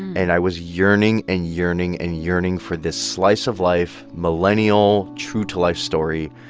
and i was yearning and yearning and yearning for this slice-of-life millennial true-to-life story.